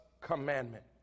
commandment